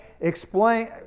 Explain